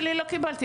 בגלל שיש לו משתלות,